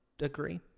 agree